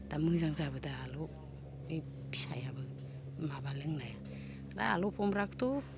दा मोजां जाबोदो आलौ बे फिसायाबो माबा लोंनाया दा आलु भम्ब्राखोथो